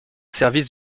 service